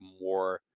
more